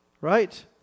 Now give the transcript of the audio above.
Right